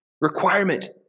requirement